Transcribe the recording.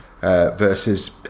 versus